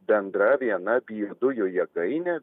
bendra viena biodujų jėgainė